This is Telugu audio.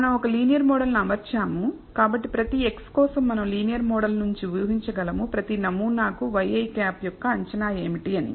మనం ఒక లీనియర్ మోడల్ ను అమర్చాము కాబట్టి ప్రతి xi కోసం మనం లీనియర్ మోడల్ నుండి ఊహించగలము ప్రతి నమూనాకు ŷi యొక్క అంచనా ఏమిటి అని